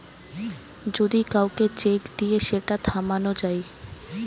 যদি কাউকে চেক দিয়ে সেটা থামানো যায়